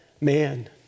man